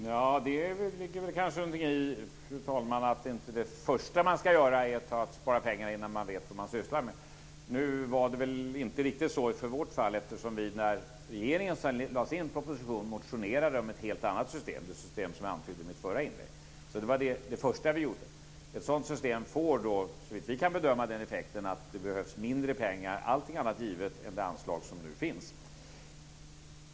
Fru talman! Det ligger kanske någonting i att spara pengar inte är det första man ska göra innan man vet vad man sysslar med. Nu var det inte riktigt så i vårt fall. När regeringen lade fram sin proposition motionerade vi om ett helt annat system, nämligen det system jag antydde i mitt förra inlägg. Det var det första vi gjorde. Ett sådant system får såvitt vi kan bedöma den effekten att det behövs mindre pengar, allting annat givet, än det anslag som nu finns.